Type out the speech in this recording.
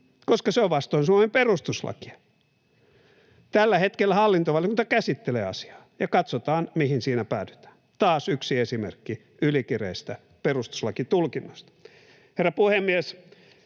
koska se on vastoin Suomen perustuslakia. Tällä hetkellä hallintovaliokunta käsittelee asiaa, ja katsotaan, mihin siinä päädytään. Taas yksi esimerkki ylikireistä perustuslakitulkinnoista. Herra puhemies!